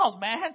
man